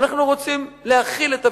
אנחנו רוצים להכיל את הוויכוח,